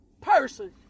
person